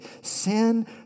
Sin